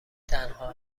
تنها